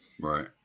right